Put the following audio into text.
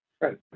Right